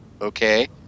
Okay